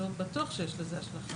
בטוח שיש לזה השלכה.